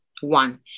One